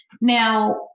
Now